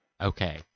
Okay